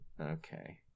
Okay